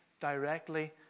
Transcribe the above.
directly